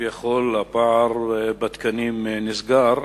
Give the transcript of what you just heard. שכביכול הפער בתקנים נסגר.